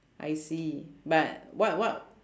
I see but what what